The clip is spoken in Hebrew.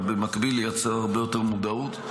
ובמקביל לייצר הרבה יותר מודעות.